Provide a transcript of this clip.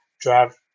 drive